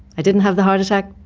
i didn't have the heart attack,